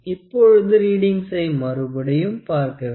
இப்பொழுது ரீடிங்சை மறுபடியும் பார்க்க வேண்டும்